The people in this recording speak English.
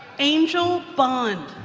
angel bond